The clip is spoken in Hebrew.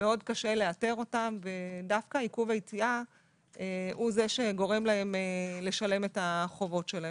מאוד קשה לאתרם ודווקא עיכוב היציאה הוא שגורם להם לשלם את חובותיהם.